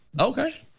Okay